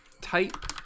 Type